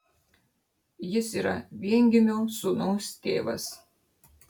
jis yra viengimio sūnaus tėvas